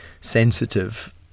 sensitive